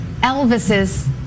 Elvis's